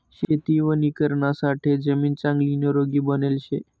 शेती वणीकरणासाठे जमीन चांगली निरोगी बनेल शे